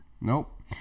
Nope